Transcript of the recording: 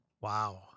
Wow